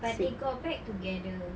but they got back together